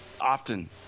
often